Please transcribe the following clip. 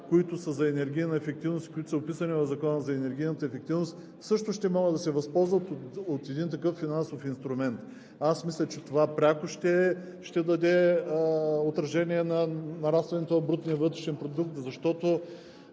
които са за енергийна ефективност и описани в Закона за енергийната ефективност, също ще могат да се възползват от един такъв финансов инструмент. А аз мисля, че това пряко ще даде отражение върху нарастването на брутния вътрешен продукт, защото,